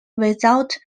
without